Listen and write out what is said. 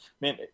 man